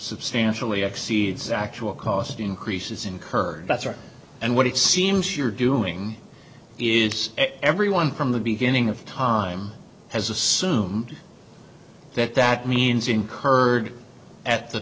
substantially exceeds actual cost increases incurred that's right and what it seems you're doing is everyone from the beginning of time has assume that that means incurred at the